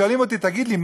שואלים אותי: תגיד לי,